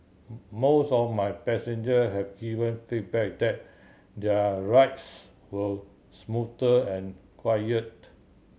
most of my passenger have given feedback that their rides were smoother and quieter